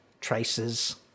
traces